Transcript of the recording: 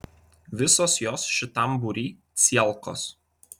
visos jos šitam būry cielkos